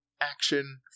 action